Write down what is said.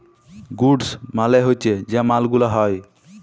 goods মালে হচ্যে যে মাল গুলা হ্যয়